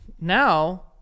now